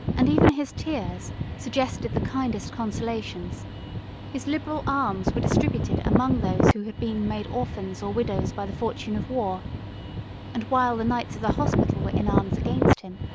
and even his tears suggested the kindest consolations his liberal alms were distributed among those who had been made orphans or widows by the fortune of war and while the knights of the hospital were in arms against him,